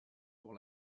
pour